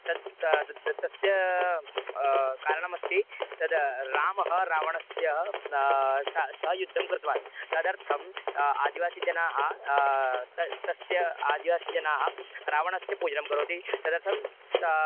तद् ते तस्य कारणमस्ति तद् रामः रावणस्य सह युद्धं कृतवान् तदर्थम् आदिवासीजनाः तस्य तस्य आदिवासीजनाः रावणस्य पूजनं करोति तदर्थं सः